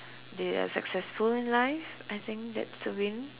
they are successful in life I think that's a win